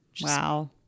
Wow